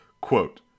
Quote